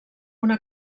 una